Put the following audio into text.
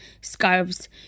scarves